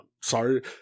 sorry